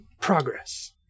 progress